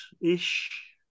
ish